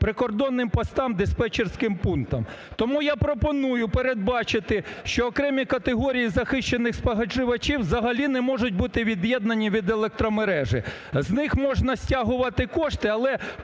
прикордонним постам, диспетчерським пунктам. Тому я пропоную передбачити, що окремі категорії захищених споживачів взагалі не можуть бути від'єднані від електромережі. З них можна стягувати кошти, але